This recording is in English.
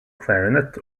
clarinet